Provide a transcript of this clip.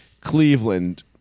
Cleveland